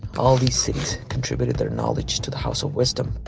all these cities contributed their knowledge to the house of wisdom.